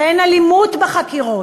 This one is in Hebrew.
שאין אלימות בחקירות,